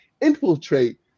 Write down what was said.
infiltrate